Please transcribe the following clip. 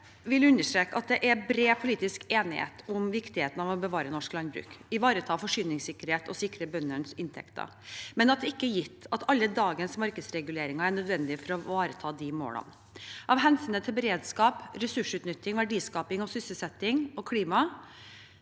vil understreke at det er bred politisk enighet om viktigheten av å bevare norsk landbruk, ivareta forsyningssikkerhet og sikre bøndenes inntekter, men at det ikke er gitt at alle dagens markedsreguleringer er nødvendige for å ivareta de målene. Av hensynet til beredskap, ressursutnytting, verdiskaping, sysselsetting og klima